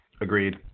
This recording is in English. Agreed